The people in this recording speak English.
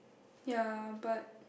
ya but